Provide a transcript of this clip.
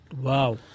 Wow